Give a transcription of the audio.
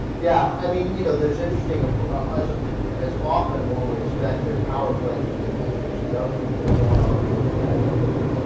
yeah i mean you know there's interesting of course as ah as often one would expect their power plays within the egyptian government ah going on here these guys all don't ah.